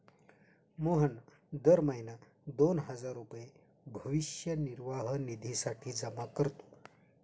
मोहन दर महीना दोन हजार रुपये भविष्य निर्वाह निधीसाठी जमा करतो